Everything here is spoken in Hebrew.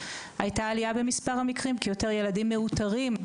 הייתה עלייה במספר המקרים כי יותר ילדים מאותרים.